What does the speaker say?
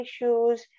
issues